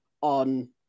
on